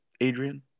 Adrian